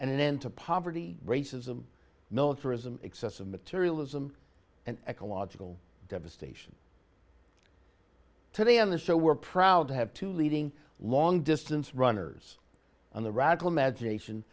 an end to poverty racism militarism excessive materialism and ecological devastation today on the show we're proud to have two leading long distance runners on the radical imagination